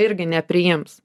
irgi nepriims